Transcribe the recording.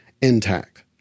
intact